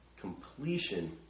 completion